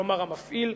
כלומר המפעיל,